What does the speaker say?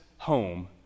home